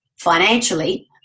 financially